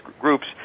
groups